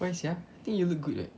why sia think you look good [what]